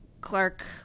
Clark